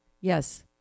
Yes